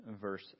verse